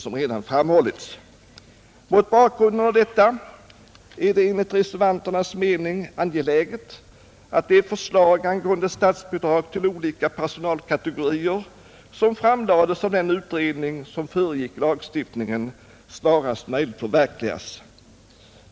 Mot bakgrunden av detta är det enligt reservanternas mening angeläget att de förslag angående statsbidrag till olika personalkategorier, som framlades av den utredning som föregick lagstiftningen, snarast möjligt förverkligas.